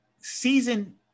season